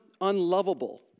unlovable